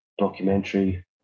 documentary